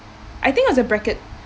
I think was a bracket